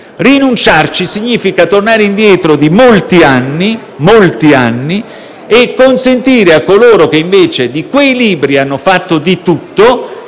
rinunziarvi significa tornare indietro di molti anni e consentire di brindare a coloro che invece di quei libri hanno fatto di tutto,